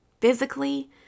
physically